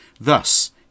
Thus